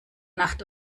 nacht